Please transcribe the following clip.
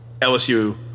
LSU –